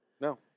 No